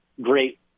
great